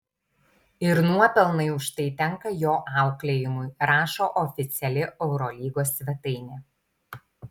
ir nuopelnai už tai tenka jo auklėjimui rašo oficiali eurolygos svetainė